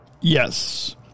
Yes